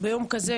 1,